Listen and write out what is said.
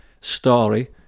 story